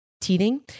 teething